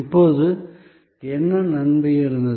இப்போது என்ன நன்மை இருந்தது